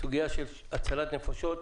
זו סוגיה של הצלת נפשות,